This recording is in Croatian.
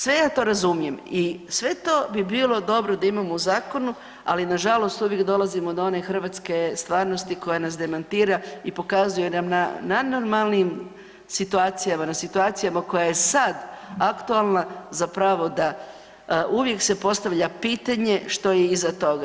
Sve ja to razumijem i sve to bi bilo dobro da imamo u zakonu, ali nažalost uvijek dolazimo do one hrvatske javnosti koja nas demantira i pokazuje nam na najnormalnijim situacijama, na situacijama koja je sad aktualna zapravo da uvijek se postavlja pitanje što je iza toga.